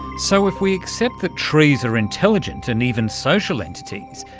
so if we accept that trees are intelligent and even social entities,